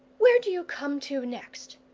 where do you come to next?